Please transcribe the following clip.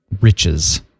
riches